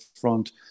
front